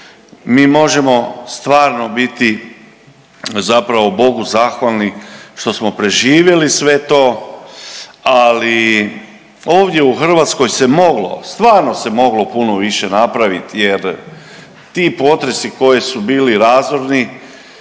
mi možemo stvarno biti zapravo Bogu zahvalni što smo preživjeli sve to, ali ovdje u Hrvatskoj se moglo, stvarno se moglo puno više napravit jer ti potresi koji su bili razorni